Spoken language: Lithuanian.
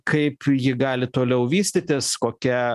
kaip ji gali toliau vystytis kokia